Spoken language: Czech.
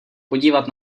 podívat